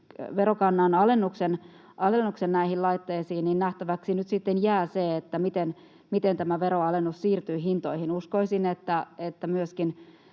verokannan alennuksen näihin laitteisiin, niin nähtäväksi sitten jää se, miten tämä veroalennus siirtyy hintoihin. Uskoisin, että myöskin